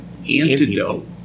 antidote